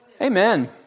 Amen